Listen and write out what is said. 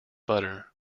butter